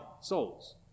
souls